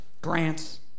grants